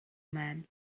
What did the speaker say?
man